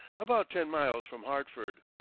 about ten miles from hartford.